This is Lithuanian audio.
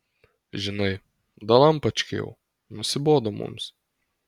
žinai dalampački jau nusibodo mums